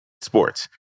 sports